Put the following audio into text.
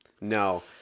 No